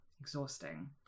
exhausting